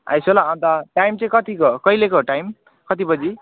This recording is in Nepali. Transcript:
आइसवाला अन्त टाइम चाहिँ कतिको कहिलेको हो टाइम कति बजी